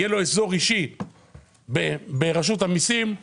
יהיה לו אזור אישי ברשות המיסים,